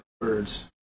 birds